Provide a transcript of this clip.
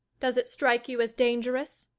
does it strike you as dangerous?